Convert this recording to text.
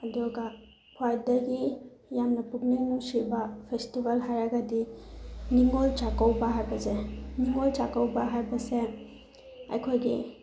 ꯑꯗꯨꯒ ꯈ꯭ꯋꯥꯏꯗꯒꯤ ꯌꯥꯝꯅ ꯄꯨꯛꯅꯤꯡ ꯅꯨꯡꯁꯤꯕ ꯐꯦꯁꯇꯤꯚꯦꯜ ꯍꯥꯏꯔꯒꯗꯤ ꯅꯤꯡꯉꯣꯜ ꯆꯥꯛꯀꯧꯕ ꯍꯥꯏꯕꯁꯦ ꯅꯤꯡꯉꯣꯜ ꯆꯥꯛꯀꯧꯕ ꯍꯥꯏꯕꯁꯦ ꯑꯩꯈꯣꯏꯒꯤ